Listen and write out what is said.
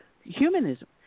humanism